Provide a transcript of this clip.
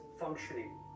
functioning